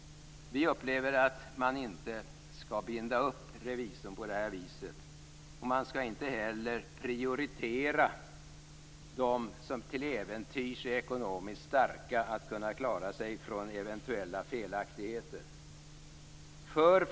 Vi upplever att man inte skall binda upp revisorn på detta vis, och vi tycker inte heller att de som till äventyrs är ekonomiskt starka skall kunna klara sig från eventuella felaktigheter.